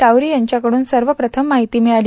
टावरी यांच्याकडून सर्वप्रथम माहिती मिळाली